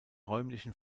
räumlichen